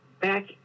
back